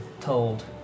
told